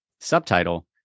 subtitle